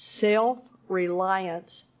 self-reliance